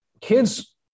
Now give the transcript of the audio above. Kids